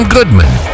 Goodman